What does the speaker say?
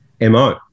MO